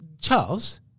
Charles